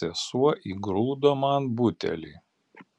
sesuo įgrūdo man butelį